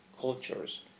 cultures